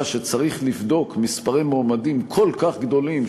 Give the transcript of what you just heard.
שצריך לבדוק מספרי מועמדים כל כך גדולים,